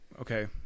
Okay